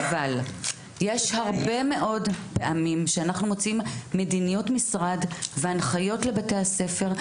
אבל יש הרבה מאוד פעמים שאנחנו מוציאים מדיניות משרד והנחיות לבתי הספר,